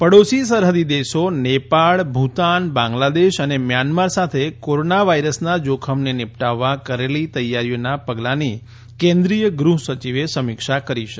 પડોશી સરહદી રાજયો નેપાળ ભૂતાન બંગલાદેશ અને મ્યાંમાર સાથે કોરોના વાયરસના જોખમને નિપટાવવા કરેલી તૈયારીઓના પગલાની કેન્રિઅાય ગૃહસચિવે સમિક્ષા કરી છે